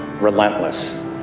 relentless